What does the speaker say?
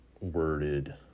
worded